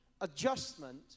adjustment